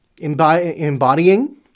embodying